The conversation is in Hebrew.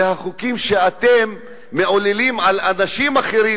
זה החוקים שאתם מעוללים לאנשים אחרים.